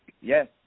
Yes